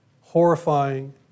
horrifying